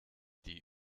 die